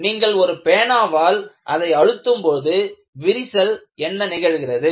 நீங்கள் ஒரு பேனாவால் அதை அழுத்தும்போது விரிசலில் என்ன நிகழ்கிறது